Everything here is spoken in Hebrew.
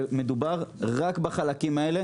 שמדובר רק בחלקים האל,